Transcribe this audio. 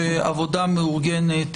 שעבודה מאורגנת,